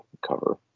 cover